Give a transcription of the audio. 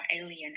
alien